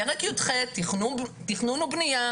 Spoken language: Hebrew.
פרק י"ח (תכנון ובנייה),